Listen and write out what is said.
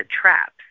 traps